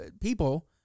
people